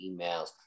emails